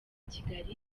kigali